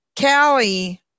Callie